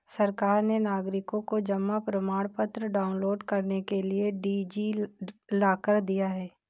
सरकार ने नागरिकों को जमा प्रमाण पत्र डाउनलोड करने के लिए डी.जी लॉकर दिया है